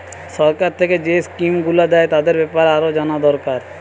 সরকার থিকে যেই স্কিম গুলো দ্যায় তাদের বেপারে আরো জানা দোরকার